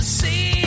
see